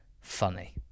funny